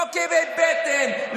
לא כאבי בטן,